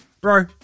Bro